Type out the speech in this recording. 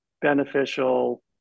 beneficial